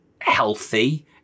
healthy